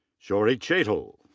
shaurya chetal.